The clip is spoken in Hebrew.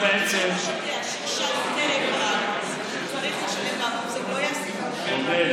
עודד, כשמדובר בטובת העובד, זה לא נכון.